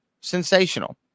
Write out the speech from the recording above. sensational